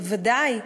בוודאי,